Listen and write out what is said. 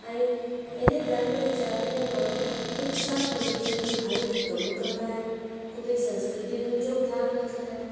ऐं इन धर्म ऐं ज़ाति जा माण्हू हिकु साथ मिली जुली हरहिक कमु कंदा आहिनि ख़ुदि ई संस्कृति जो बि ध्यानु रखंदा आहिनि